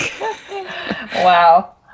Wow